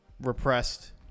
repressed